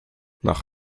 nach